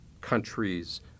countries